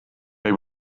they